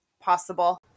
possible